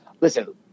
listen